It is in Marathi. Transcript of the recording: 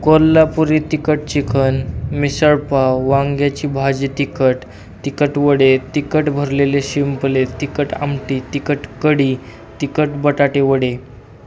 कोल्हापुरी तिखट चिकन मिसळपाव वांग्याची भाजी तिखट तिखट वडे तिखट भरलेले शिंपले तिखट आमटी तिखट कढी तिखट बटाटे वडे